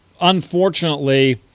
unfortunately